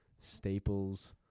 Staples